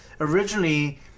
Originally